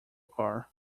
car